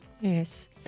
Yes